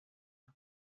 las